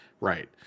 Right